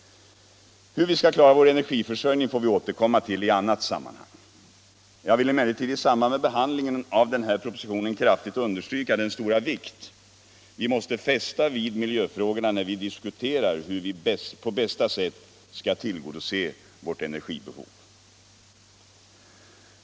Hur vi skall klara vår energiförsörjning får vi återkomma till i annat sammanhang. Jag vill emellertid i samband med behandlingen av den här propositionen kraftigt understryka den stora vikt vi måste fästa vid miljöfrågorna, när vi diskuterar hur vi på bästa sätt skall tillgodose vårt energibehov.